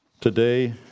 Today